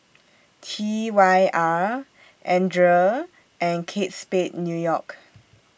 T Y R Andre and Kate Spade New York